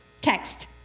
text